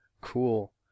Cool